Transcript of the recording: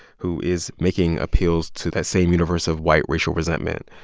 who is making appeals to that same universe of white racial resentment.